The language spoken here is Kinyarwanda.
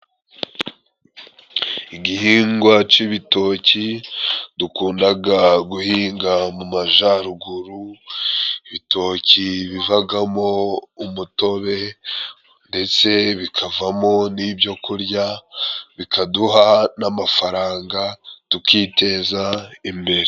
Igihingwa c'ibitoki dukundaga guhinga mu majaruguru, ibitoki bivagamo umutobe ndetse bikavamo n'ibyo kurya, bikaduha n'amafaranga tukiteza imbere.